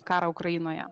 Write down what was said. karą ukrainoje